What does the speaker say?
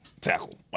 tackle